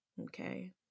Okay